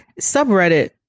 subreddit